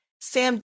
Sam